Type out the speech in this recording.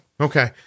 Okay